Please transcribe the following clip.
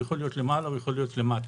הוא יכול להיות למעלה, הוא יכול להיות למטה.